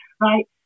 right